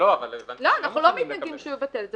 אנחנו לא מתנגדים שהוא יבטל את זה,